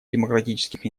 демократических